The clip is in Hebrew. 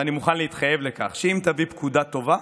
ואני מוכן להתחייב לכך שאם תביא פקודה טובה,